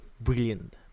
brilliant